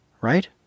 right